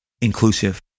inclusive